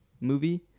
movie